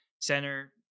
center